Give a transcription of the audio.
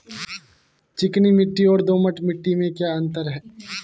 चिकनी मिट्टी और दोमट मिट्टी में क्या अंतर है?